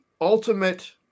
ultimate